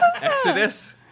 Exodus